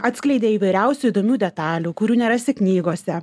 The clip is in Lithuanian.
atskleidė įvairiausių įdomių detalių kurių nerasi knygose